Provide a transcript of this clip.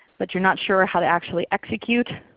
but you're not sure how to actually execute.